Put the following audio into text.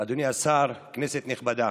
אדוני השר, כנסת נכבדה,